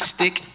stick